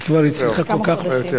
היא כבר הצליחה כל כך הרבה.